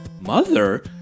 Mother